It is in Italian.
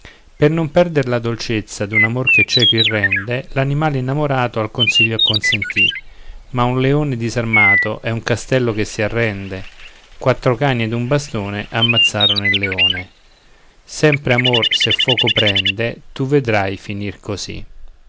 per non perder la dolcezza d'un amor che cieco il rende l'animale innamorato al consiglio acconsentì ma un leone disarmato è un castello che si arrende quattro cani ed un bastone ammazzarono il leone sempre amor se fuoco prende tu vedrai finir così